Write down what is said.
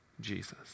Jesus